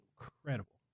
incredible